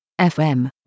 FM